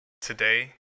Today